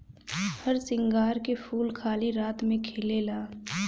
हरसिंगार के फूल खाली राती में खिलेला